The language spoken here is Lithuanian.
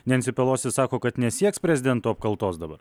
nenci pelosi sako kad nesieks prezidento apkaltos dabar